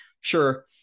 sure